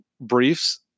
briefs